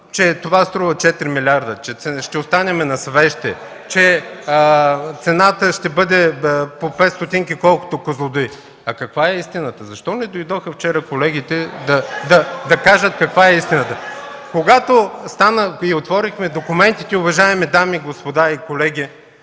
че това струва 4 милиарда, че ще останем на свещи, че цената ще бъде по 5 стотинки, колкото от „Козлодуй”. А каква е истината? Защо не дойдоха вчера колегите да кажат каква е истината? Когато отворихме документите, уважаеми дами и господа и колеги,